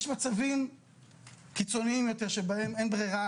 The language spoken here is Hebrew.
יש מצבים קיצוניים שבהם אין ברירה,